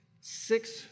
six